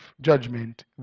judgment